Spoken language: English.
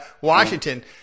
Washington